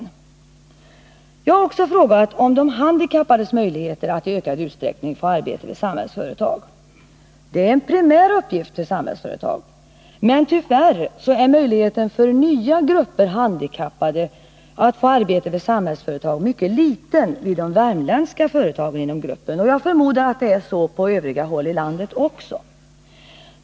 Om verksamheten Jag har också frågat om de handikappades möjligheter att i ökad vid Samhällsföreutsträckning få arbete vid Samhällsföretag. Det är en primär uppgift för tag AB Samhällsföretag, men tyvärr är möjligheten för nya grupper handikappade att få arbete vid Samhällsföretag mycket liten vid de värmländska företagen inom gruppen, och jag förmodar att det är så på övriga håll i landet också.